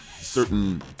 certain